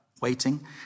waiting